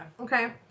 Okay